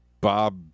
Bob